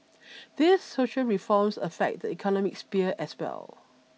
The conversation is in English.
these social reforms affect the economic sphere as well